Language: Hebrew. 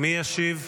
מי ישיב?